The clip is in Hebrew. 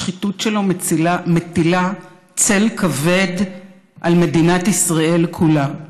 השחיתות שלו מטילה צל כבד על מדינת ישראל כולה.